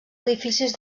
edificis